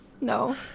no